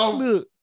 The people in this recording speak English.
look